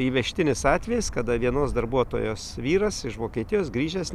įvežtinis atvejis kada vienos darbuotojos vyras iš vokietijos grįžęs